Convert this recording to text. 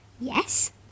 Yes